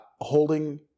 holding